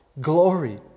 glory